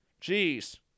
Jeez